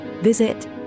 visit